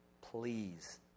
Please